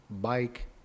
Bike